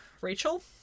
Rachel